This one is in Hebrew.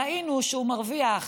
ראינו שהוא מרוויח